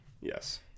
Yes